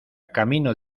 camino